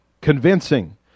convincing